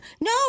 No